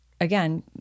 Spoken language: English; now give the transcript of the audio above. again